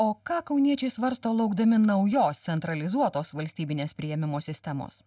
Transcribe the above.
o ką kauniečiai svarsto laukdami naujos centralizuotos valstybinės priėmimo sistemos